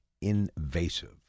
invasive